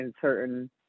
certain